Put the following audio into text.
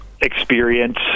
experience